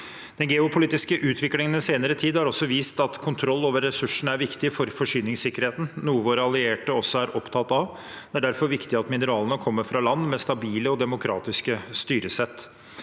Den geopolitiske utviklingen den senere tid har også vist at kontroll over ressursene er viktig for forsyningssikkerheten, noe våre allierte også er opptatt av. Det er derfor viktig at mineralene kommer fra land med stabile og demokratiske styresett.